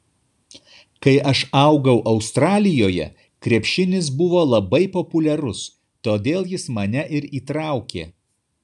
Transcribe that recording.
kai aš augau australijoje krepšinis buvo labai populiarus todėl jis mane ir įtraukė